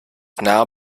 now